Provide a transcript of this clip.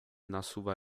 nasuwa